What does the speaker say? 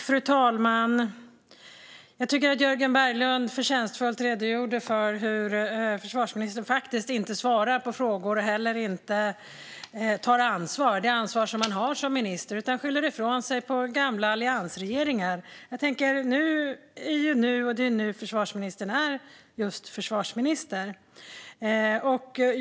Fru talman! Jag tycker att Jörgen Berglund förtjänstfullt redogjorde för hur försvarsministern faktiskt inte svarar på frågor och inte heller tar det ansvar han som minister har. I stället skyller han ifrån sig på gamla alliansregeringar. Nu är ju nu, tänker jag, och det är nu försvarsministern är just försvarsminister.